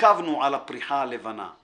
התעכבנו על הפריחה הלבנה//